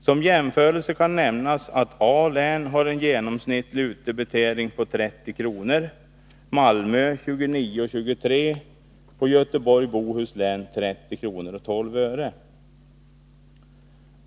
Som jämförelse kan nämnas att A-länet har en genomsnittlig utdebitering på 30:00 kr., Malmöhus län 29:23 kr. samt Göteborgs och Bohus län 30:12 kr.